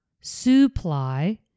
supply